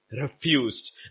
refused